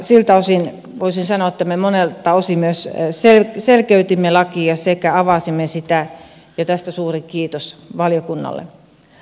siltä osin voisin sanoa että me monelta osin myös selkeytimme lakia sekä avasimme sitä ja tästä suuri kiitos valiokunnalle